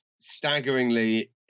staggeringly